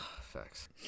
Facts